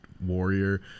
warrior